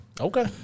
Okay